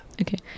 okay